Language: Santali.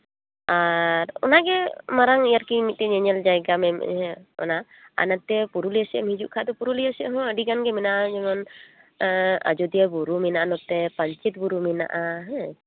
ᱟᱨ ᱚᱱᱟᱜᱮ ᱢᱟᱨᱟᱝ ᱟᱨᱠᱤ ᱧᱮᱧᱮᱞ ᱡᱟᱭᱜᱟ ᱚᱱᱟ ᱟᱨ ᱱᱟᱛᱮ ᱯᱩᱨᱩᱞᱤᱭᱟᱹ ᱥᱮᱫ ᱮᱢ ᱦᱤᱡᱩᱜ ᱠᱷᱟᱱ ᱫᱚ ᱯᱩᱨᱩᱞᱤᱭᱟᱹ ᱥᱮᱫ ᱦᱚᱸ ᱟᱹᱰᱤ ᱜᱟᱱ ᱜᱮ ᱢᱮᱱᱟᱜᱼᱟ ᱡᱮᱢᱚᱱ ᱟᱡᱚᱫᱤᱭᱟᱹ ᱵᱩᱨᱩ ᱢᱮᱱᱟᱜᱼᱟ ᱱᱚᱛᱮ ᱯᱟᱧᱪᱮᱛ ᱵᱩᱨᱩ ᱢᱮᱱᱟᱜᱼᱟ ᱦᱮᱸ